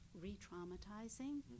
re-traumatizing